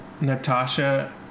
Natasha